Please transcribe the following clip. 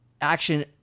action